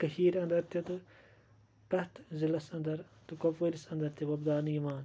کٔشیٖرِ انٛدر تہِ تہٕ پرٛیٚتھ ضِلعَس انٛدر تہٕ کۄپوٲرِس انٛدر تہِ وۄبداونہٕ یِوان